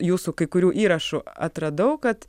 jūsų kai kurių įrašų atradau kad